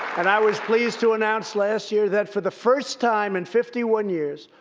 and i was pleased to announce last year that, for the first time in fifty one years,